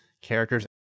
characters